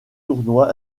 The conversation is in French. tournois